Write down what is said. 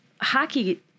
hockey